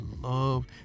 love